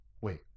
Wait